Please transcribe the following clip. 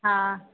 हाँ